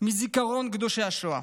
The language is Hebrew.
מזיכרון קדושי השואה.